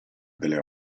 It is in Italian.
delle